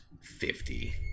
fifty